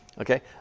Okay